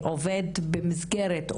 שעובד במסגרת,